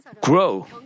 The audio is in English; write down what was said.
grow